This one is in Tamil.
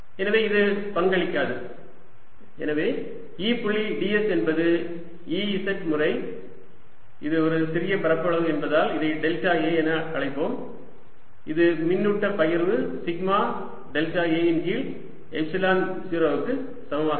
எனவே இது பங்களிக்காது எனவே E புள்ளி ds என்பது Ez முறை இது ஒரு சிறிய பரப்பளவு என்பதால் இதை டெல்டா a என்று அழைப்போம் இது மின்னூட்ட பகிர்வு சிக்மா டெல்டா a இன் கீழ் எப்சிலன் 0 க்கு சமமாக இருக்கும்